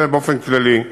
זה באופן כללי.